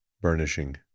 Burnishing